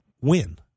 win